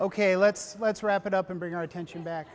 ok let's let's wrap it up and bring our attention back